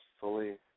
fully